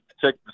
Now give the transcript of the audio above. Check